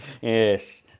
Yes